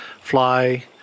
fly